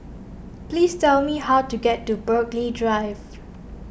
please tell me how to get to Burghley Drive